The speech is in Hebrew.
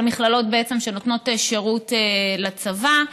של המכללות שנותנות שירות לצבא.